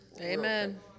Amen